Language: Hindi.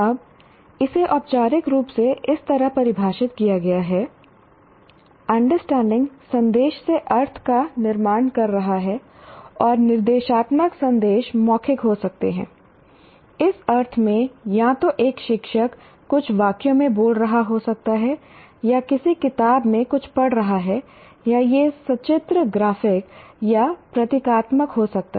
अब इसे औपचारिक रूप से इस तरह परिभाषित किया गया है अंडरस्टैंडिंग संदेश से अर्थ का निर्माण कर रहा है और निर्देशात्मक संदेश मौखिक हो सकते हैं इस अर्थ में या तो एक शिक्षक कुछ वाक्यों में बोल रहा हो सकता है या किसी किताब में कुछ पढ़ रहा है या यह सचित्र ग्राफिक या प्रतीकात्मक हो सकता है